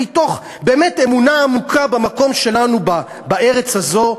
מתוך באמת אמונה עמוקה במקום שלנו בארץ הזאת,